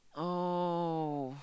oh